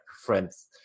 friends